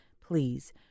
Please